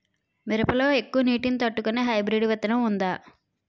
మిరప లో ఎక్కువ నీటి ని తట్టుకునే హైబ్రిడ్ విత్తనం వుందా?